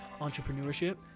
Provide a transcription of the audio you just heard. entrepreneurship